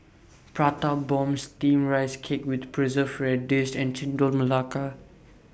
Prata Bomb Steamed Rice Cake with Preserved Radish and Chendol Melaka